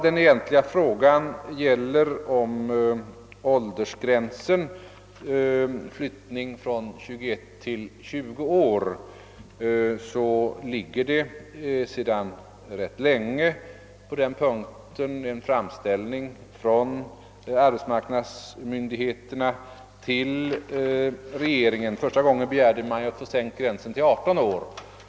Beträffande frågan om åldersgränsens flyttning från 21 till 20 år, så finns sedan rätt länge på den punkten en framställning från arbetsmarknadsmyndigheterna till regeringen, vari man begärde att få gränsen sänkt till 18 år.